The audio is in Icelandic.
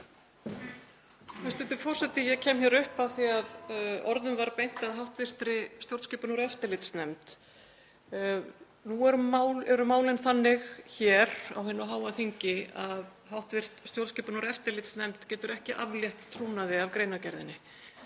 Hæstv. forseti. Ég kem hér upp af því að orðum var beint að hv. stjórnskipunar- og eftirlitsnefnd. Nú eru málin þannig hér á hinu háa þingi að hv. stjórnskipunar- og eftirlitsnefnd getur ekki aflétt trúnaði af greinargerðinni.